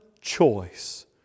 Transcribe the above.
choice